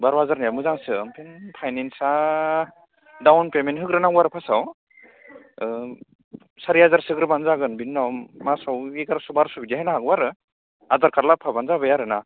बार' हाजारनिया मोजांसो फायनेन्सा डाउन फेमेन्ट होग्रो नांगौ आरो फार्स्टआव सारि हाजारसो होग्रोब्लानो जागोन बिनि उनाव मासाव एगारस' बार'स बिदिया होनो हागौ आरो आधार कार्ड लाबोफाब्लानो जाबाय आरोना